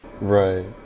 Right